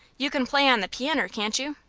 you can play on the pianner, can't you?